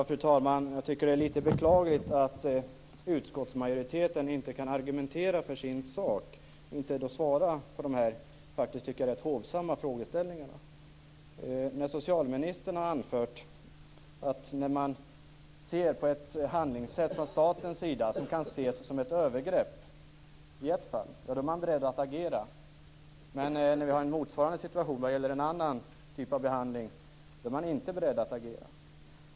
Fru talman! Jag tycker att det är litet beklagligt att utskottsmajoriteten inte kan argumentera för sin sak och inte svarar på de faktiskt rätt hovsamma frågeställningarna. Socialministern har framfört att när man från statens sida ser på ett handlingssätt som kan ses som ett övergrepp i ett fall, är man beredd att agera. Men när vi har en motsvarande situation vad gäller en annan typ av behandling, är man inte beredd att agera.